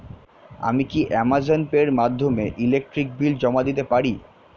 আমি কি Amazon Pay এর মাধ্যমে ইলেকট্রিক বিল জমা দিতে পারি?